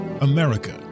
America